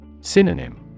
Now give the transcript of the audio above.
synonym